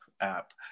app